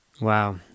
Wow